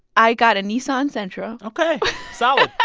i got a nissan sentra ok solid,